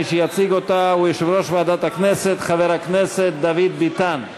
מי שיציג אותה הוא יושב-ראש ועדת הכנסת חבר הכנסת דוד ביטן.